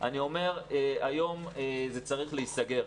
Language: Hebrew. אני אומר שהיום זה צריך להיסגר.